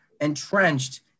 entrenched